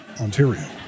Ontario